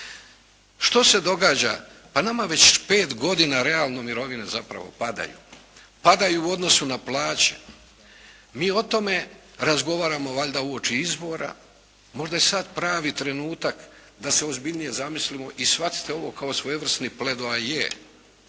Što se događa? Pa nama već pet godina mirovine realno padaju, padaju u odnosu na plaće. Mi o tome razgovaramo valjda uoči izbora, možda je sada pravi trenutak da se ozbiljnije zamislimo i shvatite ovo kao svojevrsni pledoaje,